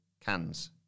cans